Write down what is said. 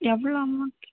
எவ்வளோ அமௌன்ட்டு